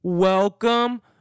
Welcome